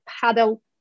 paddle